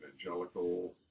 Evangelical